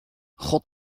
god